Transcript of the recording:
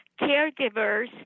caregivers